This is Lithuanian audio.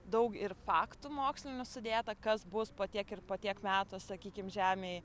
daug ir faktų mokslinių sudėta kas bus po tiek ir po tiek metų sakykim žemėj